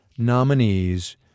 nominees